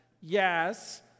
yes